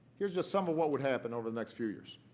here is just some of what would happen over the next few years.